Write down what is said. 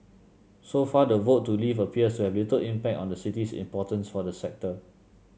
so far the vote to leave appears to have little impact on the city's importance for the sector